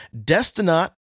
Destinot